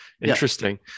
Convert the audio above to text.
Interesting